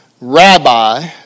Rabbi